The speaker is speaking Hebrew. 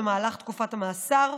במהלך תקופת המאסר,